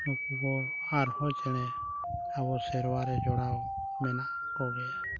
ᱱᱩᱠᱩ ᱠᱚ ᱟᱨᱦᱚᱸ ᱪᱮᱬᱮ ᱟᱵᱚ ᱥᱮᱨᱣᱟᱨᱮ ᱡᱚᱲᱟᱣ ᱢᱮᱱᱟᱜ ᱠᱚ ᱜᱮᱭᱟ